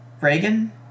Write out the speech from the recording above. Reagan